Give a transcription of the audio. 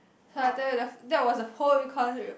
!huh! I tell you the that was the whole econs